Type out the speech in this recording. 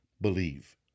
Believe